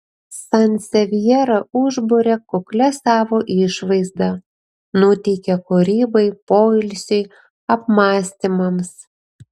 sansevjera užburia kuklia savo išvaizda nuteikia kūrybai poilsiui apmąstymams